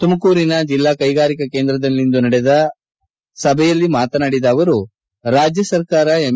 ತುಮಕೂರಿನ ಜಿಲ್ಲಾ ಕೈಗಾರಿಕಾ ಕೇಂದ್ರದಲ್ಲಿಂದು ನಡೆದ ಸಭೆಯಲ್ಲಿ ಮಾತನಾಡಿದ ಅವರು ರಾಜ್ಯ ಸರ್ಕಾರ ಎಂ